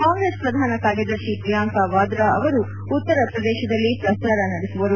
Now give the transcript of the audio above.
ಕಾಂಗೈಸ್ ಪ್ರಧಾನ ಕಾರ್ಯದರ್ಶಿ ಪ್ರಿಯಾಂಕಾ ವಾದ್ರಾ ಅವರು ಉತ್ತರ ಪ್ರದೇಶದಲ್ಲಿ ಪ್ರಚಾರ ನಡೆಸುವರು